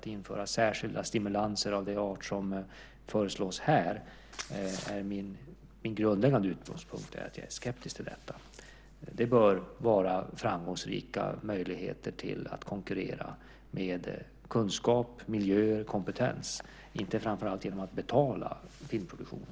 Min grundläggande utgångspunkt är att jag är skeptisk till att införa särskilda stimulanser av den art som föreslås här. Det bör vara framgångsrika möjligheter att konkurrera med kunskap, miljöer och kompetens, inte genom att betala filmproduktionen.